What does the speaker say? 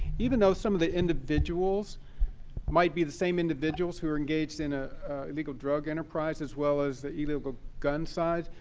even though some of the individuals might be the same individuals who are engaged in an ah illegal drug enterprise as well as the illegal gun side,